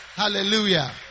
Hallelujah